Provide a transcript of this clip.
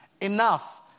Enough